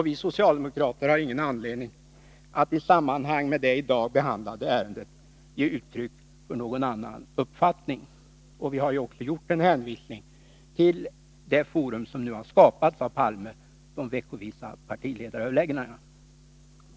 Vi socialdemokrater har ingen anledning att i samband med det i dag behandlade ärendet ge uttryck för någon annan uppfattning, och vi har också gjort en hänvisning till det forum som nu har skapats av Olof Palme, nämligen de veckovisa partiledaröverläggningarna.